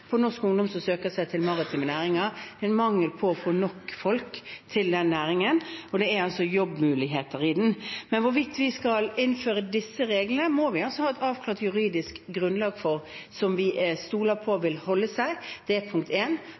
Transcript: på folk i den næringen. Det er altså jobbmuligheter i den. Når det gjelder hvorvidt vi skal innføre disse reglene, må vi ha et avklart juridisk grunnlag som vi stoler på at vil holde seg. Det er punkt